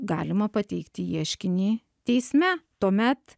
galima pateikti ieškinį teisme tuomet